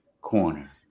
corner